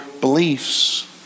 beliefs